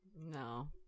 No